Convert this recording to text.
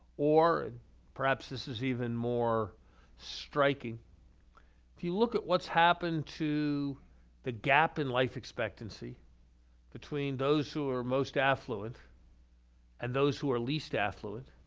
or and perhaps this is even more striking if you look at what's happened to the gap in life expectancy between those who are most affluent and those who are least affluent,